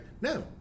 no